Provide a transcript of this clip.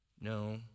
No